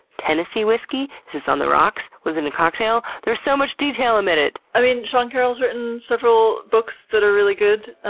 tennessee whiskey? is this on the rocks? was it in a cocktail? there's so much detail omitted! i mean sean carroll has written several books that are really good.